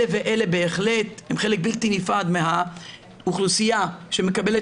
אלה ואלה בהחלט הם חלק בלתי נפרד מהאוכלוסייה שמקבלת